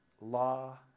law